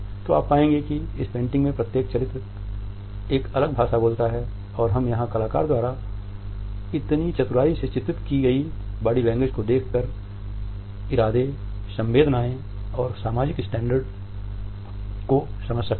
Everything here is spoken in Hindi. तो आप पाएंगे कि इस पेंटिंग में प्रत्येक चरित्र एक अलग भाषा बोलता है और हम यहाँ कलाकार द्वारा इतनी चतुराई से चित्रित की गई बॉडी लैंग्वेज को देखकर इरादे संवेदनाएं और सामाजिक स्टैंडिंग को समझ सकते हैं